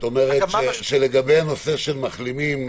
לגבי הנושא של מחלימים,